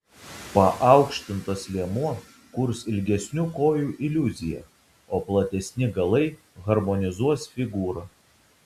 paaukštintas liemuo kurs ilgesnių kojų iliuziją o platesni galai harmonizuos figūrą